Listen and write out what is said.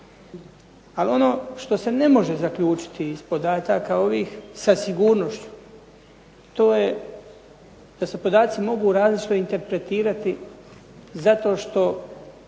Ali ono što se ne može zaključiti iz podataka ovih sa sigurnošću, to je da se podaci mogu različito interpretirati zato što